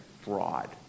fraud